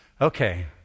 Okay